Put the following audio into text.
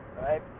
right